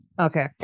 Okay